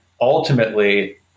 ultimately